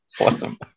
awesome